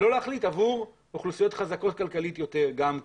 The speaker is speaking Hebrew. -- ולא להחליט עבור אוכלוסיות חזקות כלכלית יותר גם כן.